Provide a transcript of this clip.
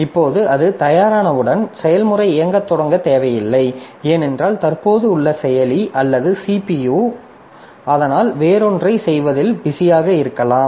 இப்போது அது தயாரானவுடன் செயல்முறை இயங்கத் தொடங்கத் தேவையில்லை ஏனென்றால் தற்போது உள்ள செயலி அல்லது CPU அதனால் வேறொன்றைச் செய்வதில் பிஸியாக இருக்கலாம்